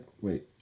Wait